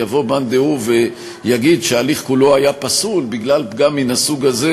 יבוא מאן דהוא ויגיד שההליך כולו היה פסול בגלל פגם מן הסוג הזה,